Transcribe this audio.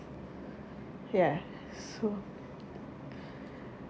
ya so